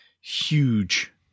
huge